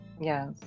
Yes